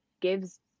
gives